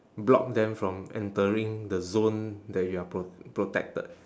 block them from entering the zone that you are pro~ protected